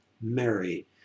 Mary